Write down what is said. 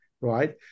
right